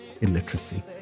illiteracy